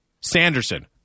Sanderson